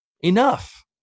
Enough